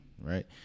right